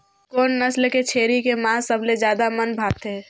कोन नस्ल के छेरी के मांस सबले ज्यादा मन भाथे?